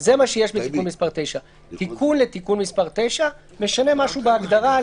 זה מה שיש בתיקון מס' 9. תיקון לתיקון מס' 9 משנה משהו בהגדרה.